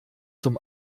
zum